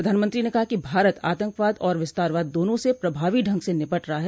प्रधानमंत्री ने कहा कि भारत आंतकवाद और विस्तारवाद दोनों से प्रभावी ढंग से निपट रहा है